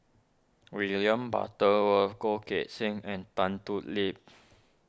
William Butterworth Goh Teck Sian and Tan Thoon Lip